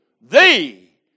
Thee